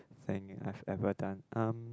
thing I've ever done um